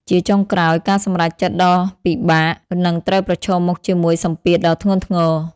ជាចុងក្រោយ ការសម្រេចចិត្តដ៏ពិបាក នឹងត្រូវប្រឈមមុខជាមួយសម្ពាធដ៏ធ្ងន់ធ្ងរ។